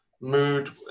mood